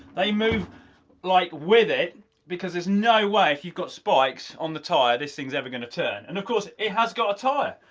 they move like with it because there's no way if you've got spikes on the tire this thing's ever going to turn. and, of course, it has got a tire.